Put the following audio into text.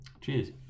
cheers